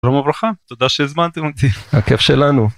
שלום וברכה תודה שהזמנתם אותי הכיף שלנו.